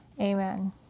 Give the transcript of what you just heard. Amen